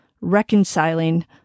reconciling